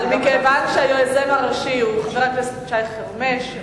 אבל מכיוון שהיוזם הראשי הוא חבר הכנסת שי חרמש,